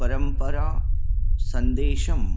परम्परायाः सन्देशं